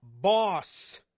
Boss